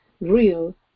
real